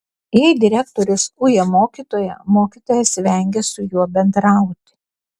jei direktorius uja mokytoją mokytojas vengia su juo bendrauti